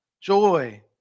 joy